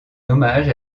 hommage